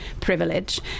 privilege